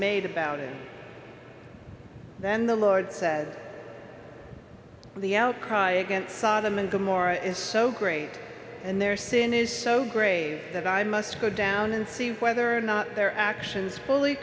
made about it then the lord said the outcry against sodom and gomorrah is so great and their sin is so grave that i must go down and see whether or not their actions fully